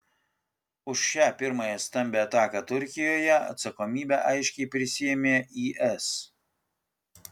už šią pirmąją stambią ataką turkijoje atsakomybę aiškiai prisiėmė is